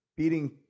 beating